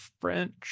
french